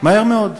מהר מאוד.